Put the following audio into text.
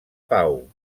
pau